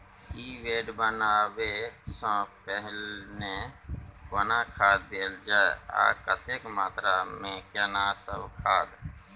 की bed बनबै सॅ पहिने कोनो खाद देल जाय आ कतेक मात्रा मे केना सब खाद?